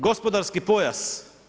Gospodarski pojas.